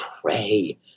pray